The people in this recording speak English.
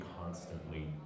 constantly